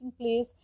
place